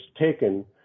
taken